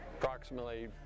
approximately